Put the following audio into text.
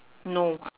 no